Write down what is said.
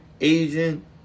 Asian